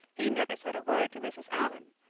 he never said a word to mrs. allan,